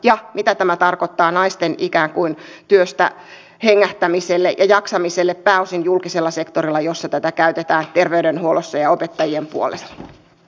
ja mitä tämä tarkoittaa naisten ikään kuin työstä hengähtämiselle ja jaksamiselle pääosin julkisella sektorilla missä tätä käytetään terveydenhuollossa ja opettajien puolella